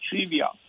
trivia